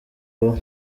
w’u